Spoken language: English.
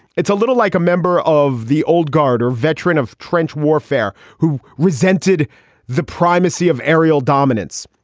it's a little like a member of the old guard or veteran of trench warfare who resented the primacy of aerial dominance.